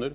milj.kr.